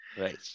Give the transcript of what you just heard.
Right